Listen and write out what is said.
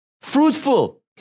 fruitful